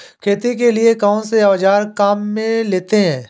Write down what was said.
खेती के लिए कौनसे औज़ार काम में लेते हैं?